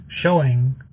showing